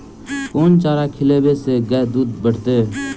केँ चारा खिलाबै सँ गाय दुध बढ़तै?